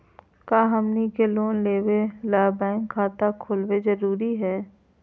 का हमनी के लोन लेबे ला बैंक खाता खोलबे जरुरी हई?